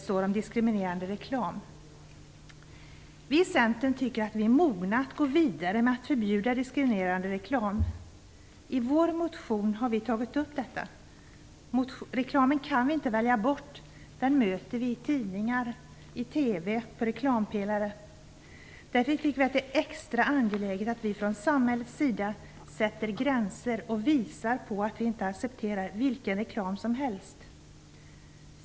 Vi i Centern tycker att vi nu är mogna att gå vidare med att förbjuda diskriminerande reklam. I vår motion har vi tagit upp detta. Man kan inte välja bort reklamen. Den möter vi överallt - i tidningar, på TV och på annonspelare. Därför tycker vi att det är extra angeläget att vi från samhällets sida sätter gränser och visar att vi inte accepterar vilken reklam som helst.